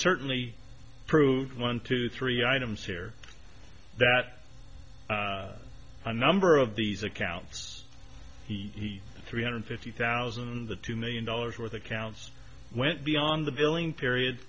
certainly proved one to three items here that a number of these accounts he three hundred fifty thousand and the two million dollars or the counts went beyond the billing period